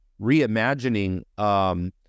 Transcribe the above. reimagining